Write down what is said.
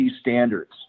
standards